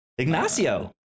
Ignacio